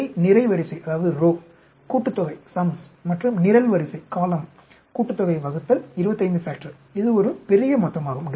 இவை நிரைவரிசை கூட்டுத்தொகை மற்றும் நிரல்வரிசை கூட்டுத்தொகை ÷ 25 இது ஒரு பெரிய மொத்தமாகும்